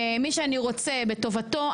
מי שאני רוצה בטובתו,